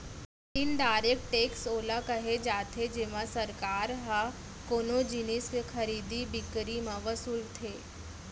indirect tax ओला केहे जाथे जेमा सरकार ह कोनो जिनिस के खरीदी बिकरी म वसूलथे